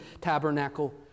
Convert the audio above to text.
tabernacle